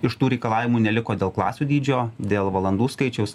iš tų reikalavimų neliko dėl klasių dydžio dėl valandų skaičiaus